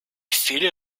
viel